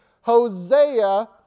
Hosea